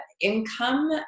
income